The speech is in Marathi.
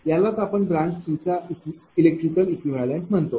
यालाच आपण ब्रांच 3 चा इलेक्ट्रिकल इक्विवलेंट म्हणतो